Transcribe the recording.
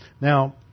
Now